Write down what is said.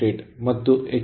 8 power factor